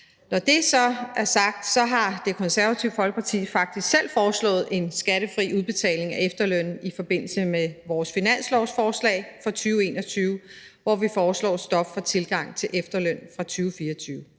Når det så er sagt, har Det Konservative Folkeparti faktisk selv foreslået en skattefri udbetaling af efterlønnen i forbindelse med vores finanslovsforslag fra 2021, hvor vi foreslår et stop for tilgangen til efterløn fra 2024.